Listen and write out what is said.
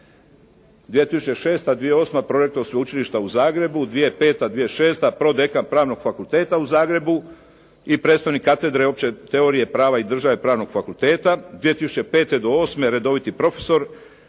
2006.–2008. prorektor Sveučilišta u Zagrebu, 2005.–2006. prodekan Pravnog fakulteta u Zagrebu i predstojnik katedre opće teorije prava i države Pravnog fakulteta, 2005.–2008. redoviti profesor,